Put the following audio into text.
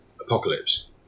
Apocalypse